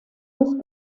los